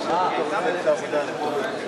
הצעת סיעות העבודה מרצ להביע אי-אמון בממשלה לא